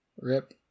Rip